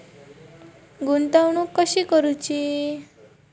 गुंतवणूक कशी करूची?